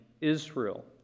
Israel